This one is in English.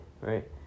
right